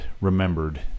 Remembered